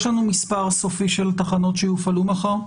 יש לנו מספר סופי של תחנות שיופעלו מחר?